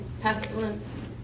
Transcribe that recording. pestilence